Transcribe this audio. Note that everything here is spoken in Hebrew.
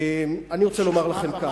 אני רוצה לומר לכם כך,